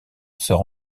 sort